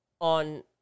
on